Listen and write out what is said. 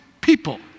people